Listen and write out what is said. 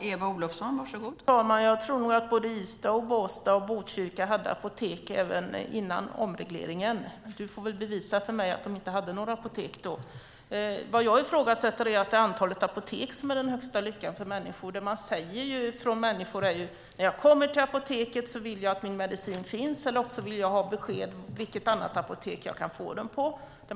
Fru talman! Jag tror nog att både Ystad, Båstad och Botkyrka hade apotek också före omregleringen. Du får väl bevisa för mig att de inte hade några apotek då. Vad jag ifrågasätter är att det är antalet apotek som är den högsta lyckan för människor. Det människor säger är: När jag kommer till apoteket vill jag att min medicin finns, eller så vill jag ha besked om vilket annat apotek jag kan få den på.